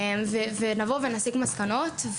ונבוא ונסיק מסקנות.